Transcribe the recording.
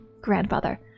Grandfather